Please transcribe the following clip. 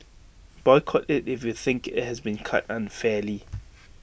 boycott IT if you think IT has been cut unfairly